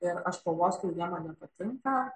ir aš pauostau ir jie man nepatinka